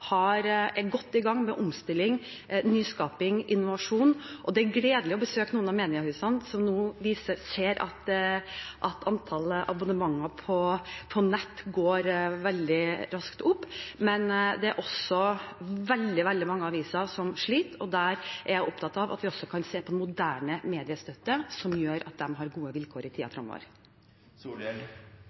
av mediehusene som nå ser at antallet abonnementer på nett går veldig raskt opp, men det er også veldig, veldig mange aviser som sliter. Der er jeg opptatt av at vi kan se på moderne mediestøtte som gjør at de har gode vilkår i